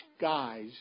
guys